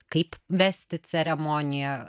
kaip vesti ceremoniją